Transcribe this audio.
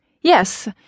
Yes